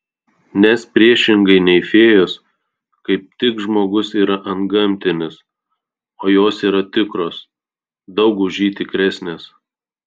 nes priešingai nei fėjos kaip tik žmogus yra antgamtinis o jos yra tikros daug už jį tikresnės